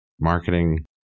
marketing